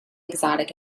exotic